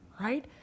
right